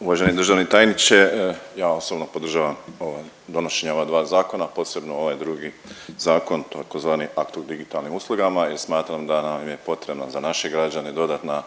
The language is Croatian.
Uvaženi državni tajniče, ja osobno podržavam ovo, donošenja ova dva zakona, posebno ovaj drugi zakon, tzv. akt od digitalnim uslugama jer smatram da nam je potrebno za naše građane dodatna